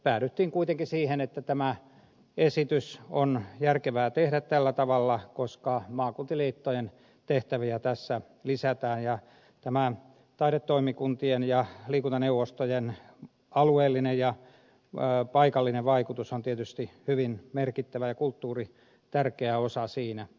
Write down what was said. päädyttiin kuitenkin siihen että tämä esitys on järkevää tehdä tällä tavalla koska maakuntaliittojen tehtäviä tässä lisätään ja tämä taidetoimikuntien ja liikuntaneuvostojen alueellinen ja paikallinen vaikutus on tietysti hyvin merkittävä ja kulttuuri tärkeä osa siinä